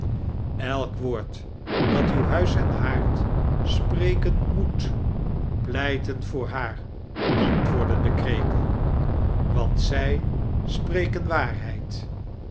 elk woord dat uw huis en haard spreken moet pleiten voor haar antwoordde de krekel want zij spreken waarfieid